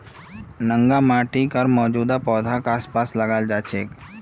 नंगा माटी या मौजूदा पौधाक आसपास लगाल जा छेक